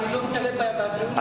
אני לא מתערב בדיון הזה,